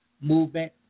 movement